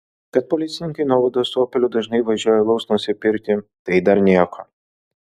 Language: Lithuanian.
kad policininkai nuovados opeliu dažnai važiuoja alaus nusipirkti tai dar nieko